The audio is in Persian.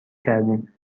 کردیم